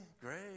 great